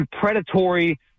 predatory